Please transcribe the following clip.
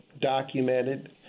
documented